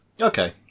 Okay